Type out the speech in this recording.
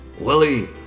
Willie